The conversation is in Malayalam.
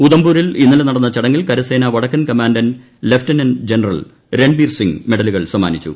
ഉദംപൂരിൽ ഇന്നലെ നടന്ന ചടങ്ങിൽ കരസേന വടക്കൻ command lieutenant general Ranbir Singh മെഡലുകൾ സമ്മാനിച്ചു